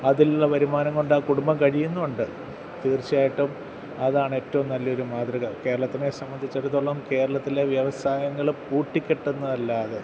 അതിലുള്ള വരുമാനം കൊണ്ട് ആ കുടുംബം കഴിയുന്നും ഉണ്ട് തീർച്ചയായിട്ടും അതാണ് ഏറ്റവും നല്ല ഒരു മാതൃക കേരളത്തിനെ സംബന്ധിച്ചിടത്തോളം കേരളത്തിലെ വ്യവസായങ്ങൾ പൂട്ടിക്കെട്ടുന്നത് അല്ലാതെ